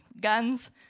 guns